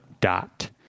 dot